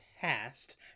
past